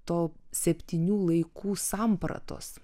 to septynių laikų sampratos